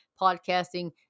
podcasting